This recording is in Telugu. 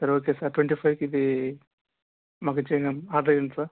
సరే ఓకే సార్ ట్వంటి ఫైవ్కి ఇది మాకు ఇచ్చి నెం ఆర్డర్ వేయండి సార్